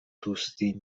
دوستی